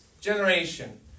generation